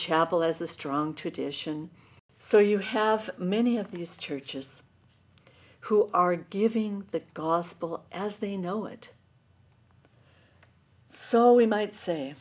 chapel as a strong tradition so you have many of these churches who are giving the gospel as they know it so we might say